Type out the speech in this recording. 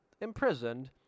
imprisoned